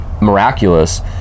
miraculous